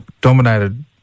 dominated